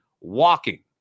walking